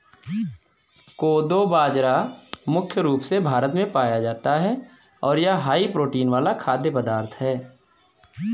कोदो बाजरा मुख्य रूप से भारत में पाया जाता है और यह हाई प्रोटीन वाला खाद्य पदार्थ है